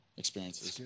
experiences